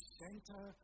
center